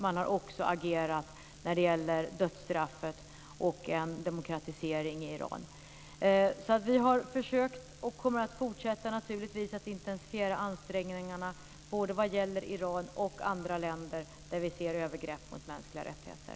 Man har också agerat när det gäller dödsstraffet och en demokratisering i Iran. Vi har alltså försökt, och kommer naturligtvis att fortsätta, att intensifiera ansträngningarna både vad gäller Iran och vad gäller andra länder där vi ser övergrepp mot mänskliga rättigheter.